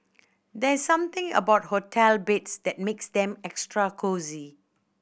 there's something about hotel beds that makes them extra cosy